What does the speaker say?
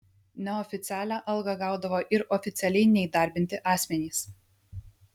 neoficialią algą gaudavo ir oficialiai neįdarbinti asmenys